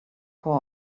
tore